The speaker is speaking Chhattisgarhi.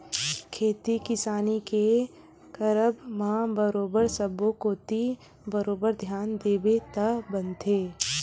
खेती किसानी के करब म बरोबर सब्बो कोती बरोबर धियान देबे तब बनथे